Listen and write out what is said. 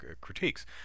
critiques